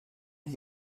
اون